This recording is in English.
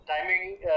timing